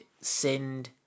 sinned